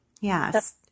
Yes